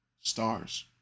stars